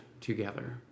together